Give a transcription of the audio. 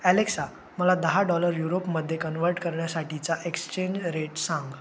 Alexa मला दहा dollar युरोपमध्ये कन्व्हर्ट करण्यासाठीचा एक्सचेंज रेट सांग